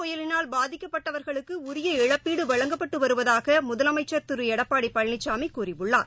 பயலினால் பாதிக்கப்பட்டவர்களுக்குஉரிய இழப்பீடுவழங்கப்பட்டுவருவதாகமுதலமைச்சர் கஜ திருஎடப்பாடிபழனிசாமிகூறியுள்ளார்